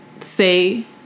say